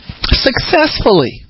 Successfully